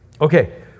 Okay